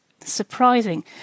surprising